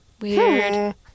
Weird